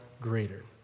greater